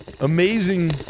amazing